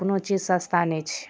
कोनो चीज सस्ता नहि छै